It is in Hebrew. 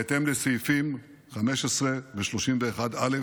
בהתאם לסעיפים 15 ו-31(א)